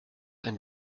ein